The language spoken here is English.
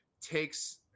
takes